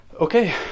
Okay